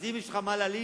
אז אם יש לך מה להלין,